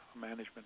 management